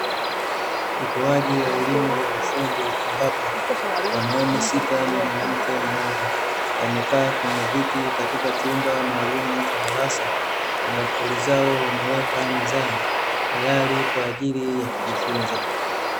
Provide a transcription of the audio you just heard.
Utoaji wa elimu ya ufundi ambapo wanaume sita na mwanamke mmoja, wamekaa kwenye viti katika chumba maalumu cha darasa na daftari zao wameweka mezani, tayari kwa ajili ya kujifunza.